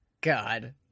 God